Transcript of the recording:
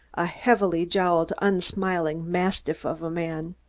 a heavy-jowled, unsmiling mastiff of a man.